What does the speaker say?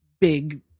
big